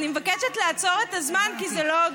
ולמה את מביישת אותה על הדוכן?